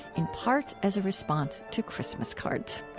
in part as a response to christmas cards.